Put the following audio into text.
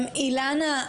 אילנה,